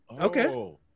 okay